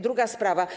Druga sprawa.